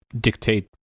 dictate